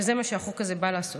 וזה מה שהחוק הזה בא לעשות.